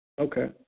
okay